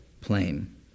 plain